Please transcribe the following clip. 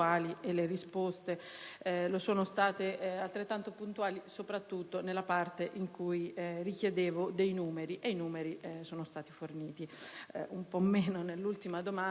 lo sono state altrettanto, soprattutto nella parte in cui richiedevo dei numeri e i numeri sono stati forniti.